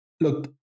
Look